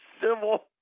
civil